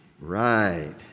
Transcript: Right